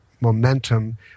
momentum